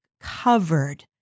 covered